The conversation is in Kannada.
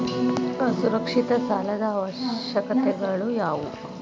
ಅಸುರಕ್ಷಿತ ಸಾಲದ ಅವಶ್ಯಕತೆಗಳ ಯಾವು